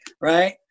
right